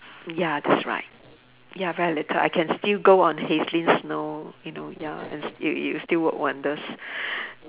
ya that's right ya very little I can still go on hazeline snow you know ya and it it'll still work wonders